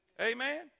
Amen